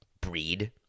breed